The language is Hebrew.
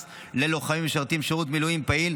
ללוחמים המשרתים שירות מילואים פעיל,